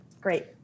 Great